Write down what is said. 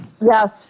Yes